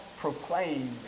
proclaim